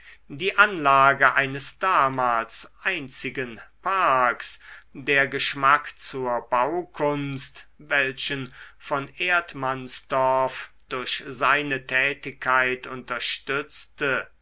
die anlage eines damals einzigen parks der geschmack zur baukunst welchen von erdmannsdorff durch seine tätigkeit unterstützte